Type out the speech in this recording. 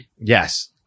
Yes